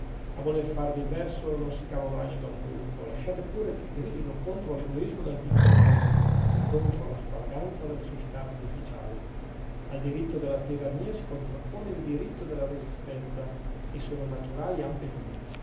a voler fare diverso non si cava un ragno da un buco lasciate pure che gridino contro l'egoismo del piccolo mondo e contro la stravaganza delle società artificiali al diritto della tirannia si contrappone il diritto della resistenza e sono naturali ambedue